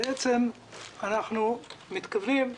אנחנו מתכוונים,